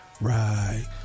Right